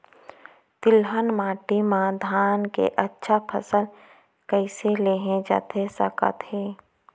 तिलहन माटी मा धान के अच्छा फसल कइसे लेहे जाथे सकत हे?